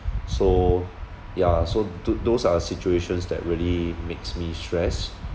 so yeah so tho~ those are situations that really makes me stress